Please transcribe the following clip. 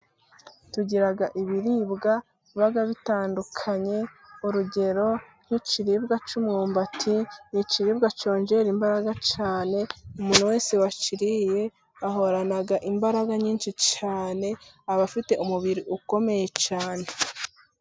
Tugira ibiribwa biba bitandukanye urugero:nk'ikiribwa cy'imyumbati ni ikiribwa cyongera imbaraga cyane, umuntu wese wakiriye ahorana imbaraga nyinshi cyane abafite umubiri ukomeye cyane.